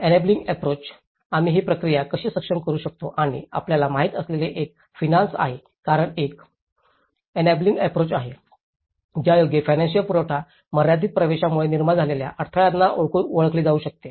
enabling approach आम्ही ही प्रक्रिया कशी सक्षम करू शकतो आणि आपल्याला माहित असलेले एक फिनान्स आहे कारण हा एक एनएब्लिंग अँप्रोच आहे ज्यायोगे फिनान्सपुरवठा मर्यादित प्रवेशामुळे निर्माण झालेल्या अडथळ्यांना ओळखले जाऊ शकते